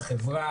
בחברה,